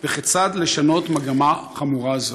כיצד לשנות מגמה חמורה זו?